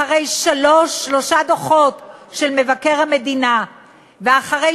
אחרי שלושה דוחות של מבקר המדינה ואחרי